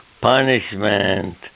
punishment